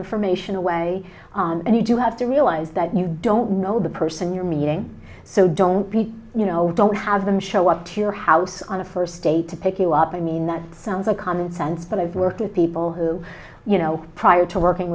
information away and you do have to realize that you don't know the person you're meeting so don't be you know don't have them show up to your house on a first date to pick you up i mean that's sounds like common sense but i've worked with people who you know prior to working